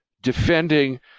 defending